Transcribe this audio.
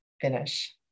finish